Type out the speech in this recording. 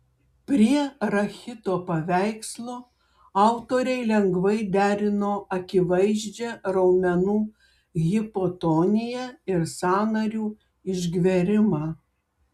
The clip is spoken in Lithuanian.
prie rachito paveikslo autoriai lengvai derino akivaizdžią raumenų hipotoniją ir sąnarių išgverimą